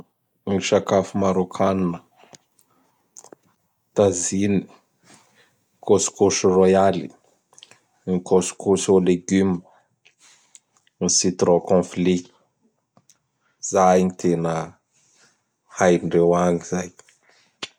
Gn sakafo Marôkanna Tanziny, Kôskôsy Royaly, Kôskôsy au légume, ny citron conflit. Zay gn tena haindreo agny zay.